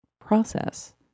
process